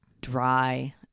dry